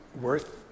worth